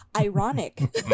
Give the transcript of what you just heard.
Ironic